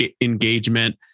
engagement